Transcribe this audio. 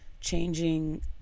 changing